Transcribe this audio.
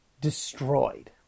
destroyed